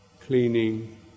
cleaning